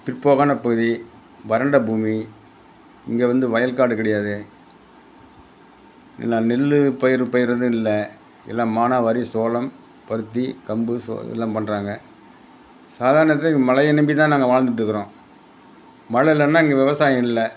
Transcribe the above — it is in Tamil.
பிற்போக்கான பகுதி வறண்ட பூமி இங்க வந்து வயல் காடு கிடையாது என்ன நெல் பயிர் பயிரிடறதும் இல்லை எல்லாம் மானாவாரி சோளம் பருத்தி கம்பு சோ இதெல்லாம் பண்ணுறாங்க சாதாரணது மழைய நம்பி தான் நாங்கள் வாழ்ந்துட்ருக்குறோம் மழை இல்லைனா இங்கே விவசாயம் இல்லை